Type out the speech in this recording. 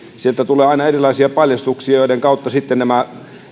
sieltä tulee aina erilaisia paljastuksia joiden kautta sitten nämä